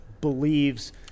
believes